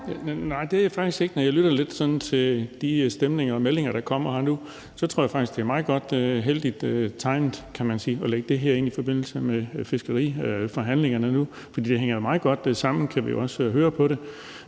det tror jeg faktisk ikke. Når jegmærker stemningen og lytter til de meldinger, der kommer nu, tror jeg faktisk, at det er meget godt – det er heldigt timet, kan man sige – at lægge det her ind i forbindelse med fiskeriforhandlingerne. For det hænger jo meget godt sammen, kan vi også høre på det.